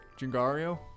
Jingario